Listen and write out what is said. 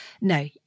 no